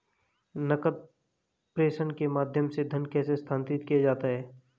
नकद प्रेषण के माध्यम से धन कैसे स्थानांतरित किया जाता है?